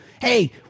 Hey